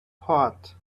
part